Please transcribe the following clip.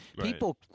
People